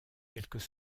quelques